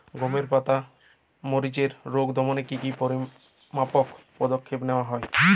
গমের পাতার মরিচের রোগ দমনে কি কি পরিমাপক পদক্ষেপ নেওয়া হয়?